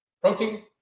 Protein